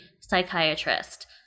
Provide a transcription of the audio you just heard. psychiatrist